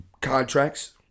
contracts